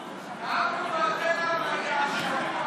ניתנו הפנסיות ב-20